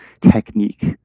technique